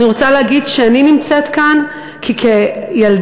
אני רוצה להגיד שאני נמצאת כאן כי כילדה,